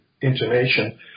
intonation